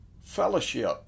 fellowship